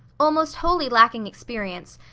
almost wholly lacking experience,